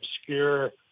obscure